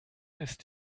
ist